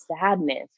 sadness